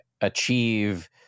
achieve